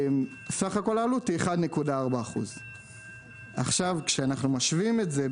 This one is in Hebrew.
סך הכול עלות הוא 1.4%. כשאנחנו משווים את זה,